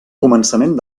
començament